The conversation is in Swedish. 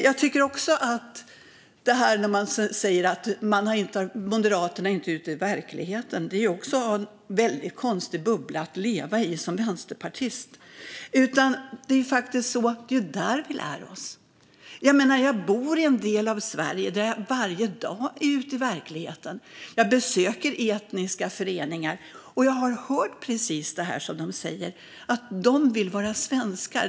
Det blir också en konstig bubbla man lever i som vänsterpartist när man säger att Moderaterna inte är ute i verkligheten. Det är ju där vi lär oss. Jag bor i en del av Sverige där jag varje dag är ute i verkligheten. Jag besöker etniska föreningar, och jag har hört precis vad de säger. De vill vara svenskar.